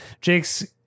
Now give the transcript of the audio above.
Jake's